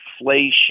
inflation